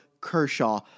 Kershaw